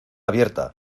abierta